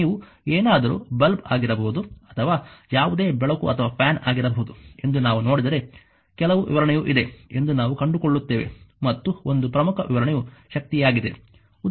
ನೀವು ಏನಾದರೂ ಬಲ್ಬ್ ಆಗಿರಬಹುದು ಅಥವಾ ಯಾವುದೇ ಬೆಳಕು ಅಥವಾ ಫ್ಯಾನ್ ಆಗಿರಬಹುದು ಎಂದು ನಾವು ನೋಡಿದರೆ ಕೆಲವು ವಿವರಣೆಯು ಇದೆ ಎಂದು ನಾವು ಕಂಡುಕೊಳ್ಳುತ್ತೇವೆ ಮತ್ತು ಒಂದು ಪ್ರಮುಖ ವಿವರಣೆಯು ಶಕ್ತಿಯಾಗಿದೆ